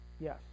yes